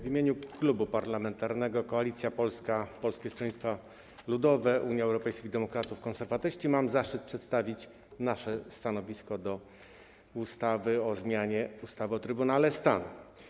W imieniu Klubu Parlamentarnego Koalicja Polska - Polskie Stronnictwo Ludowe, Unia Europejskich Demokratów, Konserwatyści mam zaszczyt przedstawić nasze stanowisko wobec projektu ustawy o zmianie ustawy o Trybunale Stanu.